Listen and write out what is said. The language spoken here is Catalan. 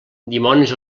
dimonis